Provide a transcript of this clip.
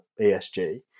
ESG